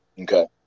Okay